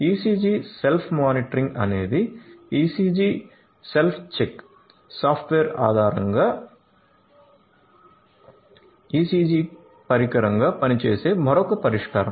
ECG self monitoring అనేది "ECG self check" software ఆధారంగా ECG పరికరంగా పనిచేసే మరొక పరిష్కారం